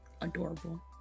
adorable